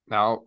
Now